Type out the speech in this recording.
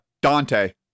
Dante